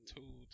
Two